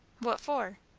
what for?